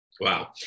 Wow